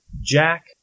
Jack